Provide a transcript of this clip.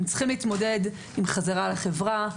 הם צריכים להתמודד עם חזרה לחברה,